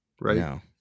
right